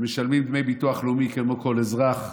הם משלמים דמי ביטוח לאומי כמו כל אזרח,